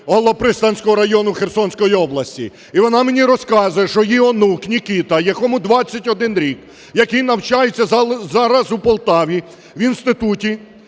Голопристанського району Херсонської області, і вона мені розказує, що її онук Нікіта, якому 21 рік, який навчається зараз у Полтаві в інституті,